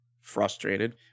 Frustrated